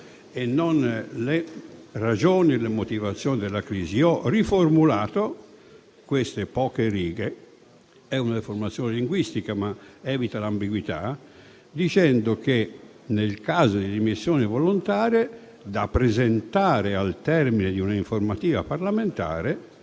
e non le ragioni e le motivazioni della crisi, ho riformulato queste poche righe - è una riformulazione linguistica, ma evita l'ambiguità - come segue: «Nel caso di dimissioni volontarie, da presentare al termine di una informativa parlamentare,